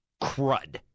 crud